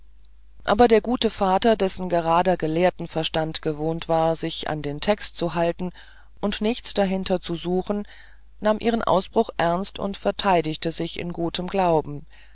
aber der gute vater dessen gerader gelehrtenverstand gewohnt war sich an den text zu halten und nichts dahinter zu suchen nahm ihren ausbruch ernst und verteidigte sich in gutem glauben